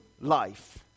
life